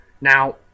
Now